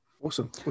Awesome